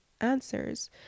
answers